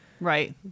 Right